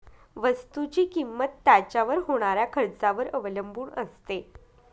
वस्तुची किंमत त्याच्यावर होणाऱ्या खर्चावर अवलंबून असते